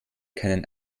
keinen